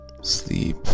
sleep